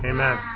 Amen